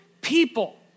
people